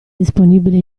disponibile